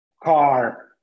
car